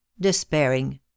despairing